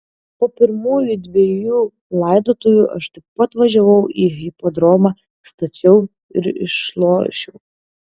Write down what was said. po pirmųjų dvejų laidotuvių aš taip pat važiavau į hipodromą stačiau ir išlošiau